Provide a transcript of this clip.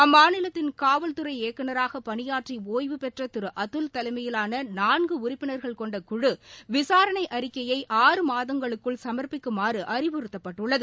அம்மாநிலத்தின் காவல்துறை இயக்குநராக பணியாற்றி ஓய்வுபெற்ற திரு அதுல் தலைமையிலாள நானகு உறுப்பினர்கள் கொண்ட குழு விசாரணை அறிக்கையை ஆறு மாதங்களுக்குள் சும்ப்பிக்குமாறு அறிவுறுத்தப்பட்டுள்ளது